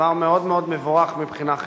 דבר מאוד מאוד מבורך מבחינה חברתית.